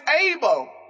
able